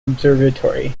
observatory